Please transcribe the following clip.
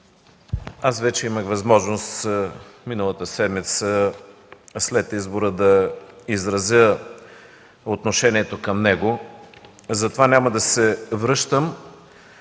Вече имах възможност миналата седмица след избора да изразя отношението към него, затова няма да се връщам